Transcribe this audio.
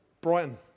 Brighton